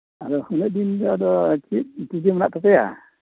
ᱟᱫᱚ ᱩᱱᱟᱹᱜ ᱫᱤᱱ ᱫᱚ ᱪᱮᱫ ᱯᱩᱡᱟᱹ ᱢᱮᱱᱟᱜ ᱛᱟᱯᱮᱭᱟ